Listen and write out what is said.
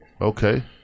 okay